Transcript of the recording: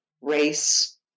race